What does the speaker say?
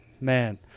man